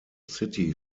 city